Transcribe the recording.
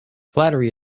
flattery